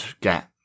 get